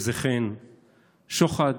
איזה חן; שוחד,